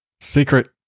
Secret